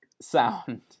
sound